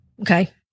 Okay